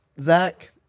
Zach